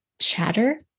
chatter